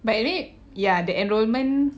but is it ya the enrolment